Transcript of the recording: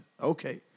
Okay